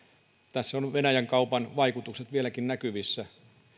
tässä ovat venäjän kaupan vaikutukset vieläkin näkyvissä